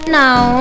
now